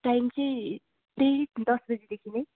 time चाहिँ त्यही दस बजेदेखि नै